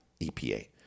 EPA